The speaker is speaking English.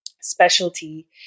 specialty